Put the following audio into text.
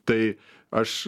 tai aš